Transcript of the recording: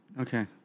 Okay